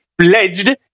pledged